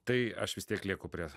tai aš vis tiek lieku prie